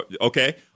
Okay